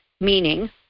meaning